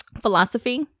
philosophy